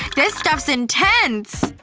this stuff's intense!